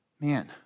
man